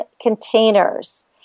containers